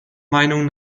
meinung